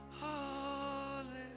Hallelujah